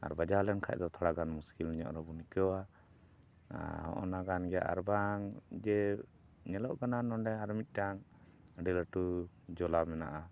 ᱟᱨ ᱵᱟᱡᱟᱣ ᱞᱮᱱ ᱠᱷᱟᱱ ᱫᱚ ᱛᱷᱚᱲᱟᱜᱟᱱ ᱢᱩᱥᱠᱤᱞ ᱧᱚᱜ ᱨᱮᱵᱚᱱ ᱟᱹᱭᱠᱟᱹᱣᱟ ᱚᱱᱟ ᱠᱟᱱ ᱜᱮᱭᱟ ᱟᱨ ᱵᱟᱝ ᱡᱮ ᱧᱮᱞᱚᱜ ᱠᱟᱱᱟ ᱱᱚᱰᱮ ᱟᱨ ᱢᱤᱫᱴᱟᱝ ᱟᱹᱰᱤ ᱞᱟᱹᱴᱩ ᱡᱚᱞᱟ ᱢᱮᱱᱟᱜᱼᱟ